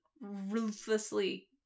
ruthlessly